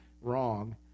wrong